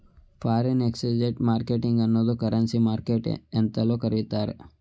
foreign exchange market ಅನ್ನೋ currency market ಎಂತಲೂ ಕರಿತ್ತಾರೆ